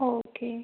okay